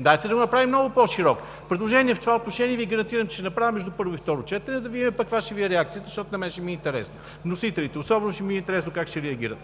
Дайте да го направим много по-широк. В това отношение Ви гарантирам, че ще направя предложение между първо и второ четене, за да видим каква ще е реакцията Ви, защото на мен ще ми е интересно. Особено вносителите ще ми е интересно как ще реагират.